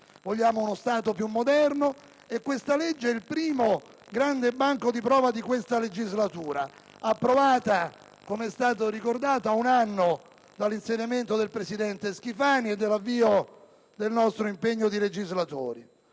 Vogliamo uno Stato più moderno e questa legge è il primo grande banco di prova di questa legislatura, approvata - come è stato ricordato - dopo un anno dall'insediamento del presidente Schifani e dall'avvio del nostro impegno di legislatori.